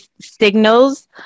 signals